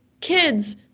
kids